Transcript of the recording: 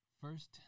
first